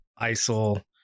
ISIL